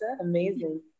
Amazing